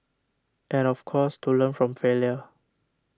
and of course to learn from failure